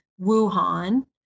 Wuhan